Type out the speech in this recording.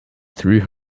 through